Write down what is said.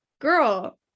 girl